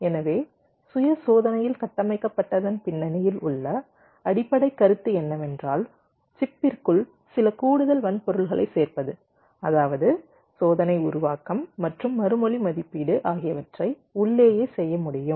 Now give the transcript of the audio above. எனவே சுய சோதனையில் கட்டமைக்கப்பட்டதன் பின்னணியில் உள்ள அடிப்படை கருத்து என்னவென்றால் சிப்பிற்குள் சில கூடுதல் வன்பொருள்களைச் சேர்ப்பது அதாவது சோதனை உருவாக்கம் மற்றும் மறுமொழி மதிப்பீடு ஆகியவற்றை உள்ளேயே செய்ய முடியும்